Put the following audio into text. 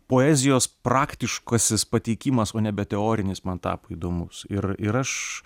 poezijos praktiškasis pateikimas o nebe teorinis man tapo įdomus ir ir aš